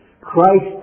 Christ